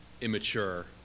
immature